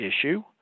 issue